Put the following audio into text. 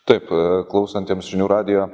taip klausantiems žinių radijo